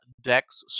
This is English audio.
dex